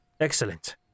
Excellent